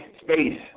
space